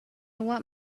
want